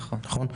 נכון?